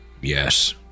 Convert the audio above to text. yes